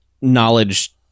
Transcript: knowledge